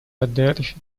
поддержать